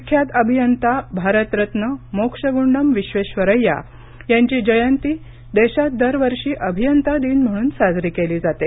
विख्यात अभियंता भारतरत्न मोक्षगुंडम विश्वेश्वरय्या यांची जयंती देशात दरवर्षी अभियंता दिन म्हणून साजरी केली जाते